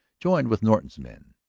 joined with norton's men,